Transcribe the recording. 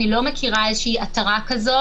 אני לא מכירה איזושהי התרה כזאת.